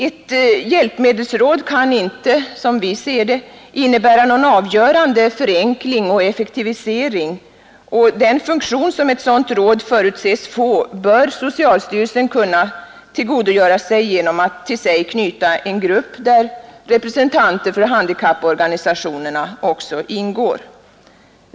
Ett hjälpmedelsråd kan inte, som vi ser det, innebära någon avgörande förenkling och effektivisering, och den funktion som ett sådant råd förutses få bör socialstyrelsen kunna tillgodogöra sig genom att till sig knyta en grupp där representanter för handikapporganisationerna ingår.